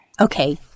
Okay